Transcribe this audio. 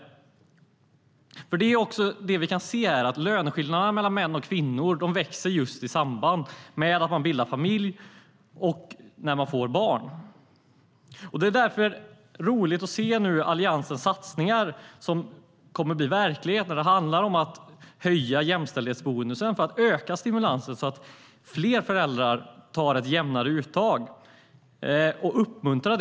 Det vi kan se är att löneskillnaderna mellan män och kvinnor växer just i samband med att de bildar familj och får barn. Därför är det roligt att nu se Alliansens satsningar som kommer att bli verklighet när det handlar om att höja jämställdhetsbonusen för att öka stimulansen, så att fler föräldrar gör jämnare uttag i föräldraförsäkringen.